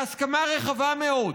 בהסכמה רחבה מאוד.